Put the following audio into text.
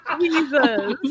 Jesus